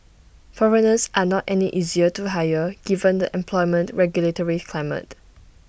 foreigners are not any easier to hire given the employment regulatory climate